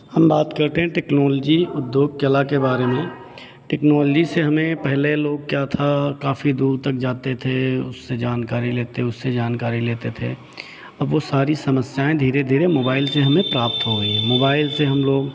हम बात करते हैं टेक्नोलॉजी उद्योग कला के बारे में टेक्नोलॉजी से हमें पहले लोग क्या था काफ़ी दूर तक जाते थे उससे जानकारी लेते उससे जानकारी लेते थे अब वो सारी समस्याएं धीरे धीरे मोबाइल से हमें प्राप्त हो गई हैं मोबाइल से हम लोग